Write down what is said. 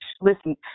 Listen